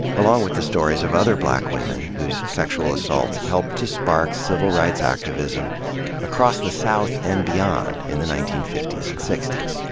along with the stories of other black women, whose sexual assaults helped to spark civil rights activism across the south and beyond in the nineteen fifty s and sixty s.